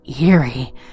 eerie